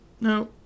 No